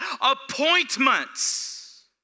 appointments